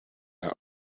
out